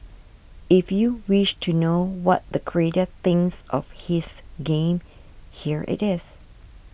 if you wish to know what the creator thinks of his game here it is